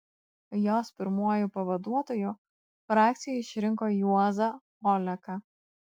jos pirmuoju pavaduotoju frakcija išrinko juozą oleką